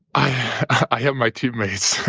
i have my teammates.